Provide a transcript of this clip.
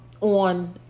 on